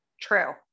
True